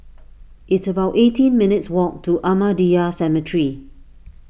it's about eighteen minutes' walk to Ahmadiyya Cemetery